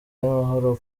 y’amahoro